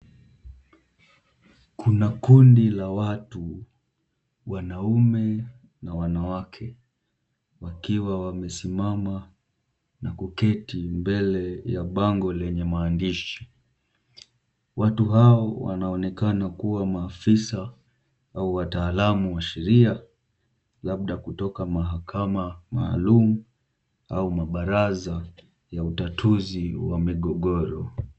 Kuna kundi la watu, wanaume na wanawake wakiwa wamesimama na kuketi mbele ya bango lenye maandishi, watu hawa wanaonekana kuwa maafisa au wataalamu wa sheria labda kutoka mahakama maalum au mabaraza ya utatuzi wa migogoro.